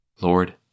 Lord